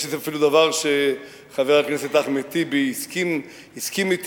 יש אפילו איזה דבר שחבר הכנסת אחמד טיבי הסכים אתי,